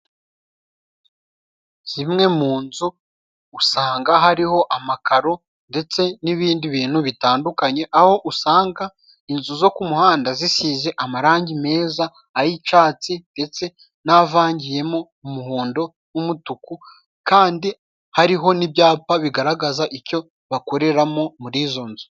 Zimwe mu nzu usanga hariho amakaro ndetse n'ibindi bintu bitandukanye, aho usanga inzu zo ku muhanda zisize amarangi meza ay'icatsi ndetse n'avangiyemo umuhondo w'umutuku, kandi hariho n'ibyapa bigaragaza icyo bakoreramo muri izo nzu.